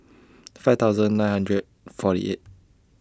five thousand nine hundred forty eight